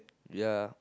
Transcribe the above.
ya